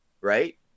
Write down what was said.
Right